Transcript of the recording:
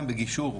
הם בגישור,